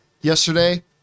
yesterday